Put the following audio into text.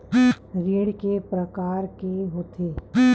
ऋण के प्रकार के होथे?